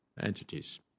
entities